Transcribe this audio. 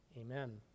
Amen